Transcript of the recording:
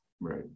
Right